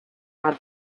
had